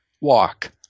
walk